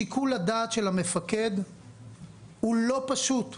שיקול הדעת של המפקד הוא לא פשוט.